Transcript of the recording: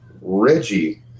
Reggie